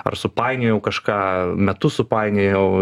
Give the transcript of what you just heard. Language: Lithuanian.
ar supainiojau kažką metus supainiojau